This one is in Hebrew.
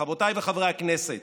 חברותיי וחברי הכנסת,